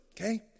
okay